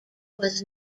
was